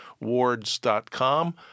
Wards.com